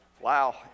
wow